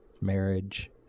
marriage